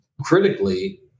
critically